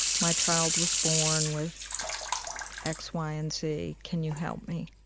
my child was born with x, y, and z. can you help me?